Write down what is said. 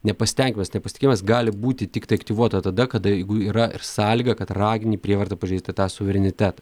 nepasitenkinimas nepasitikėjimas gali būti tiktai aktyvuota tada kada jeigu yra ir sąlyga kad ragini prievarta pažeisti tą suverenitetą